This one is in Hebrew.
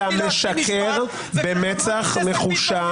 אתה משקר במצח נחושה.